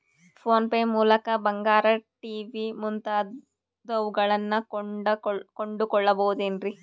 Phone pay ಮೂಲಕ ಬಂಗಾರ, TV ಮುಂತಾದವುಗಳನ್ನ ಕೊಂಡು ಕೊಳ್ಳಬಹುದೇನ್ರಿ?